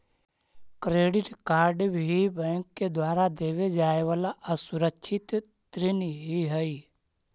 credit card भी bank के द्वारा देवे जाए वाला असुरक्षित ऋण ही हइ